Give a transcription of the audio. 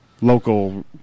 Local